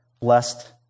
blessed